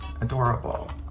Adorable